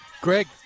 Greg